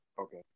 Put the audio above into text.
okay